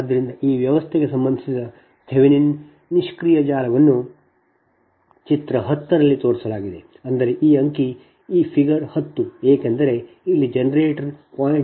ಆದ್ದರಿಂದ ಈ ವ್ಯವಸ್ಥೆಗೆ ಸಂಬಂಧಿಸಿದ Thevenin ನಿಷ್ಕ್ರಿಯ ಜಾಲವನ್ನು ಚಿತ್ರ 10 ರಲ್ಲಿ ತೋರಿಸಲಾಗಿದೆ ಅಂದರೆ ಈ ಅಂಕಿ ಈ ಫಿಗರ್ 10 ಏಕೆಂದರೆ ಇಲ್ಲಿ ಇದು ಜನರೇಟರ್ 0